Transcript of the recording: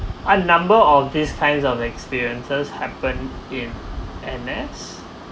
a number of these kinds of experiences happen in N_S